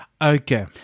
Okay